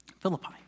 Philippi